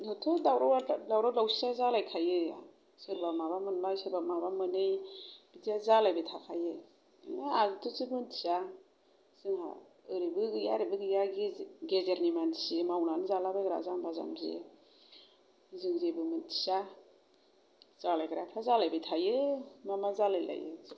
जानायाथ' दावराव दावसिया जालायखायो सोरबा माबा मोननाय सोरबा माबा मोनै बिदिया जालायबाय थाखायो आंथ' जेबो मिथिया जोंहा ओरैबो गैया ओरैबो गैया गेजेरनि मानसि मावनानै जालाबायग्रा जाम्बा जाम्बि जों जेबो मिथिया जालायग्राफोरा जालायबाय थायो मा मा जालायलायो